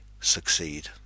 succeed